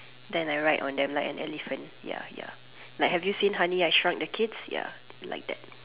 then I ride on them like an elephant ya ya like have you seen honey has struck the kids ya like that